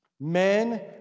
Men